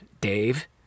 Dave